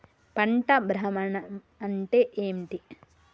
పంట భ్రమణం అంటే ఏంటి?